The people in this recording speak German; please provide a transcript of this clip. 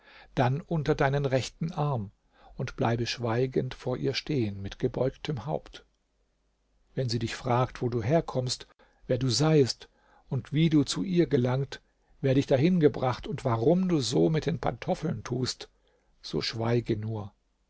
dann unter deinen rechten arm und bleibe schweigend vor ihr stehen mit gebeugtem haupt wenn sie dich fragt wo du herkommst wer du seiest und wie du zu ihr gelangt wer dich dahin gebracht und warum du so mit den pantoffeln tust so schweige nur